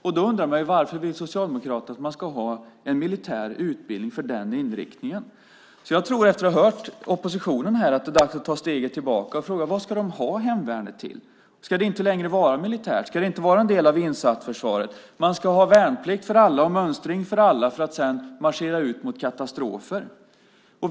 Därför undrar jag varför Socialdemokraterna vill att det ska finnas en militär utbildning för den inriktningen. Efter att ha hört oppositionen tror jag att det är dags att ta ett steg tillbaka och fråga vad de ska ha hemvärnet till. Ska det inte längre vara militärt? Ska det inte vara en del av insatsförsvaret? Ska man ha värnplikt för alla och mönstring för alla för att sedan marschera ut mot katastrofer?